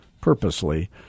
purposely